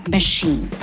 Machine